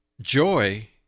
joy